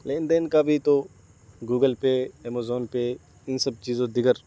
لین دین کا بھی تو گوگل پے امازون پے ان سب چیزوں دیگر